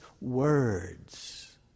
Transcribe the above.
words